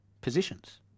positions